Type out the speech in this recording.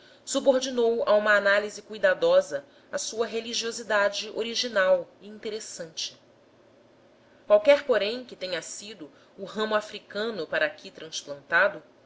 subordinou a uma análise cuidadosa a sua religiosidade original e interessante qualquer porém que tenha sido o ramo africano para aqui transplantado